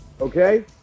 okay